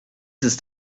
ist